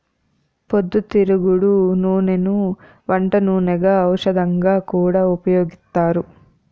పొద్దుతిరుగుడు నూనెను వంట నూనెగా, ఔషధంగా కూడా ఉపయోగిత్తారు